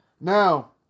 Now